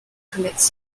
commits